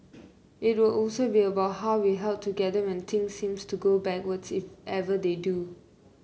it will also be about how we held together when things seemed to go backwards if ever they do